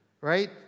Right